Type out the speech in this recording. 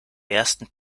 ersten